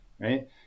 right